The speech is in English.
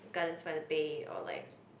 Gardens by the Bay or like